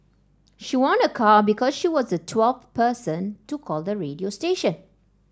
she won a car because she was the twelfth person to call the radio station